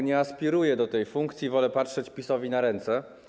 Nie aspiruję do tej funkcji, wolę patrzeć PiS-owi na ręce.